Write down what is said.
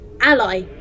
Ally